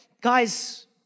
guys